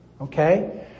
okay